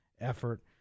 effort